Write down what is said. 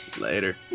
Later